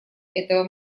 этого